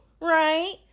right